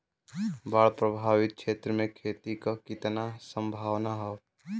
बाढ़ प्रभावित क्षेत्र में खेती क कितना सम्भावना हैं?